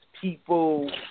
people